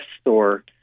store